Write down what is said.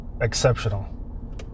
exceptional